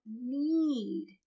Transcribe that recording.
need